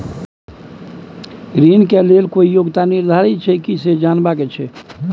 ऋण के लेल कोई योग्यता निर्धारित छै की से जनबा के छै?